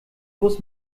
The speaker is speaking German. bus